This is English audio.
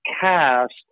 cast